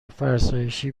فرسایشی